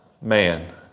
man